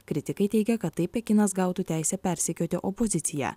kritikai teigia kad taip pekinas gautų teisę persekioti opoziciją